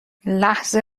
لحظه